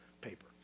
paper